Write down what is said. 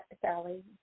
Sally